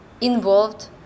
involved